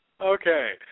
Okay